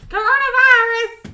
Coronavirus